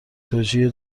توجیه